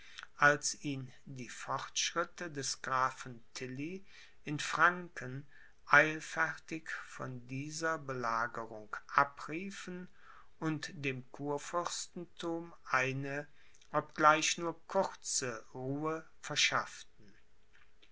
als ihn die fortschritte des grafen tilly in franken eilfertig von dieser belagerung abriefen und dem kurfürstenthum eine obgleich nur kurze ruhe verschafften